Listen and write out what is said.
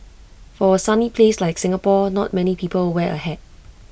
for A sunny place like Singapore not many people wear A hat